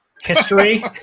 history